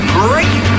great